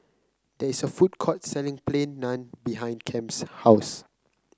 there is a food court selling Plain Naan behind Kem's house